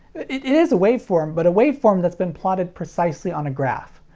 it it is a waveform, but a waveform that's been plotted precisely on a graph.